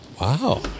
Wow